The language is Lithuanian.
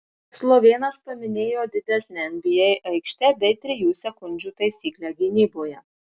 slovėnas paminėjo didesnę nba aikštę bei trijų sekundžių taisyklę gynyboje